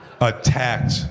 attacked